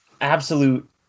absolute